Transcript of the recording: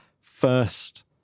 first